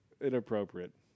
inappropriate